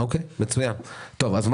תודה.